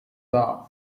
down